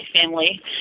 family